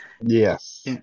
Yes